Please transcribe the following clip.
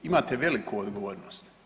Imate veliku odgovornost.